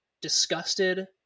disgusted